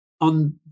On